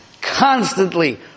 constantly